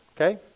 okay